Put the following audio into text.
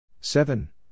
Seven